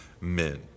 men